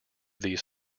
these